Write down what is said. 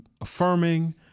affirming